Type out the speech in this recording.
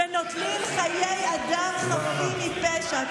שנוטלים חיי אדם חפים מפשע.